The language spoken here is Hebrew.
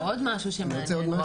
ועוד משהו שמעניין,